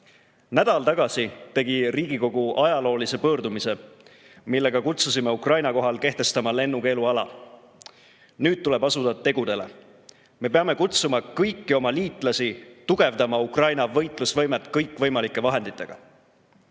Nädal tagasi tegi Riigikogu ajaloolise pöördumise, millega kutsusime Ukraina kohale kehtestama lennukeeluala. Nüüd tuleb asuda tegudele. Me peame kutsuma kõiki oma liitlasi tugevdama Ukraina võitlusvõimet kõikvõimalike vahenditega. Ma